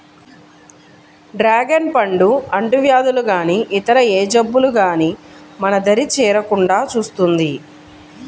dragon పండు అంటువ్యాధులు గానీ ఇతర ఏ జబ్బులు గానీ మన దరి చేరకుండా చూస్తుంది